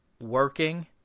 working